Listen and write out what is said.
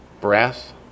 breath